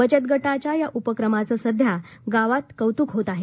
बचत गटाच्या या उपक्रमाचं सध्या गावात कौतुक होत आहे